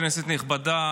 כנסת נכבדה,